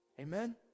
Amen